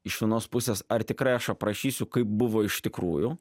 iš vienos pusės ar tikrai aš aprašysiu kaip buvo iš tikrųjų